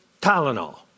Tylenol